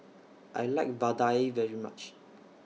I like Vadai very much